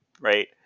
Right